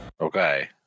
Okay